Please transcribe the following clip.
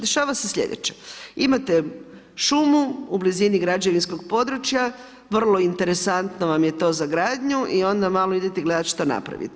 Dešava se sljedeće, imate šumu u blizini građevinskog područja, vrlo interesantno vam je to za gradnju i onda malo idete gledati što napravite.